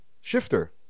Shifter